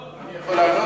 אני יכול לענות?